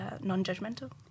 non-judgmental